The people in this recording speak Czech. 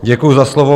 Děkuji za slovo.